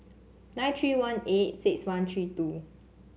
nine three one eight six one three two